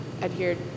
adhered